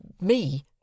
me